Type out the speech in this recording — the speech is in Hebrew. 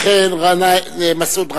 וכן מסעוד גנאים,